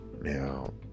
now